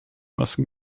masken